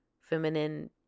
Feminine